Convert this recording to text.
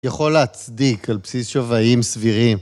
יכול להצדיק על בסיס שוויים סבירים.